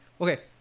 Okay